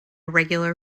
regular